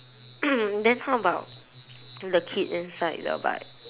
then how about the kid inside the bike